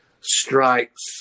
strikes